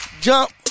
jump